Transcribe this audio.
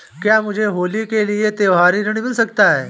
क्या मुझे होली के लिए त्यौहारी ऋण मिल सकता है?